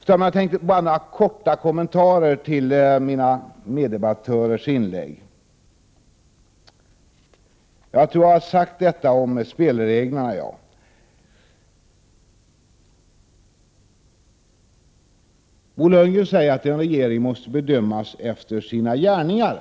Så vill jag bara göra några korta kommentarer till mina meddebattörers inlägg. Om spelreglerna har jag ju redan talat. Bo Lundgren säger att en regering måste bedömas efter sina gärningar.